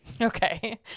Okay